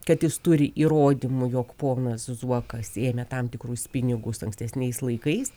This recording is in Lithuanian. kad jis turi įrodymų jog ponas zuokas ėmė tam tikrus pinigus ankstesniais laikais